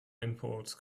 imports